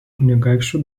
kunigaikščių